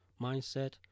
mindset